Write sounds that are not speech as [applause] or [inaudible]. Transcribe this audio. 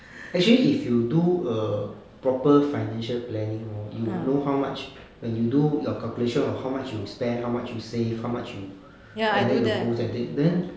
[breath] actually if you do a proper financial planning hor you would know how much when you do your calculation of how much you spend how much you save how much you and then you look at it then